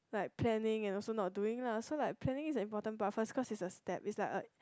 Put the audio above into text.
like planning and also not doing lah so like planning is an important part first cause it's a step it's like a